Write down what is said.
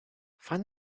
find